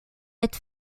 est